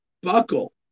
buckle